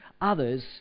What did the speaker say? others